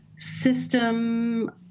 system